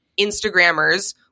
Instagrammers